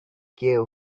care